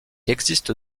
existe